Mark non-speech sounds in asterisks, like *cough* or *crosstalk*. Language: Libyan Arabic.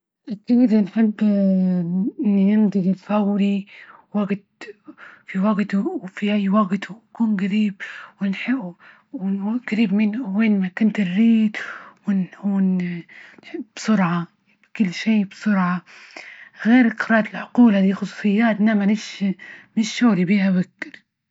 أكيد نحب *hesitation* ننتجل فوري *hesitation* وفي أي وجت نكون جريب من وين ما كنت نريد *hesitation* بسرعة كل شي بسرعة، غير قراءة العقول هذي خصوصياتنا مانيش-مانيش شغل بيها.